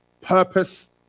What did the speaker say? Purpose